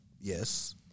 Yes